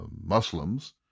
Muslims